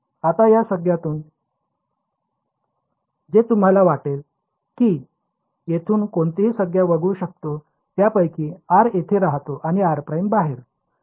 आता या संज्ञांमधून जे तुम्हाला वाटेल की येथून कोणतीही संज्ञा वगळू शकतो दिलेल्यापैकी r इथे राहतो आणि r' बाहेर